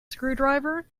screwdriver